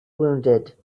wounded